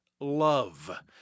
love